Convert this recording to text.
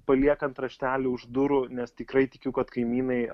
paliekant raštelį už durų nes tikrai tikiu kad kaimynai